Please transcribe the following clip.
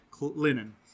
linen